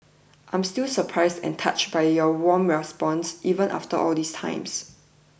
I'm still surprised and touched by your warm responses even after all this time